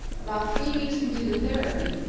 about three weeks into the therapy,